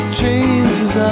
changes